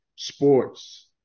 Sports